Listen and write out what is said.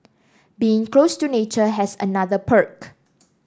being close to nature has another perk